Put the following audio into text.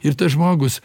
ir tas žmogus